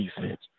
defense